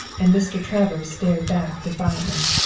and mr. travers stared back defiantly.